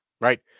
right